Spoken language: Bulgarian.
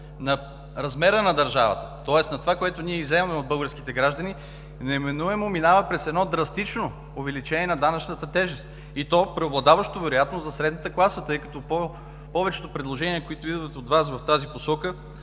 на размера на държавата, тоест на това, което ние изземваме от българските граждани, неминуемо минава през едно драстично увеличение на данъчната тежест и то преобладаващо вероятно за средната класа, тъй като повечето предложения, които идват от Вас в тази посока,